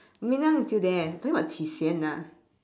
ming liang is still there talking about qi xian ah